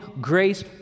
grace